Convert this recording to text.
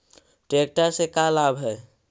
Tractor से का लाभ है?